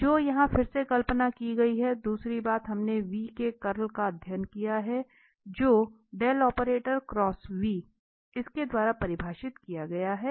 तो जो यहाँ फिर से कल्पना की गई है दूसरी बात हमने के कर्ल का अध्ययन किया है जो इसके द्वारा परिभाषित किया गया था